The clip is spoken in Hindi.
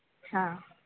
हाँ